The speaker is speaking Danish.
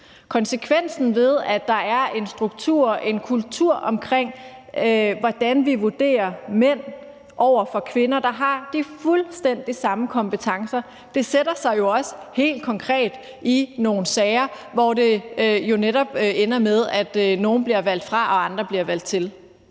Konsekvensen ved, at der er en struktur og en kultur omkring, hvordan vi vurderer mænd over for kvinder, der har de fuldstændig samme kompetencer, viser sig jo også helt konkret i nogle sager, hvor det netop ender med, at nogle bliver valgt fra, og at andre bliver valgt til.